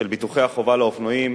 של ביטוחי החובה לאופנועים